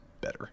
better